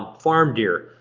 farm deer.